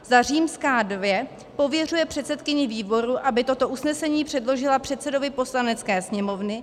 II. pověřuje předsedkyni výboru, aby toto usnesení předložila předsedovi Poslanecké sněmovny;